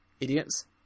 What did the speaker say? idiots